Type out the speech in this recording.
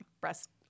breast